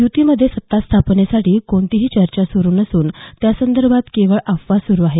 युतीमध्ये सत्तास्थापनेसाठी कोणतीही चर्चा सुरू नसून त्या संदर्भात केवळ अफवा सुरू आहेत